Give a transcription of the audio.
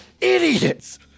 Idiots